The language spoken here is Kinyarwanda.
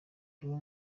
lou